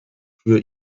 für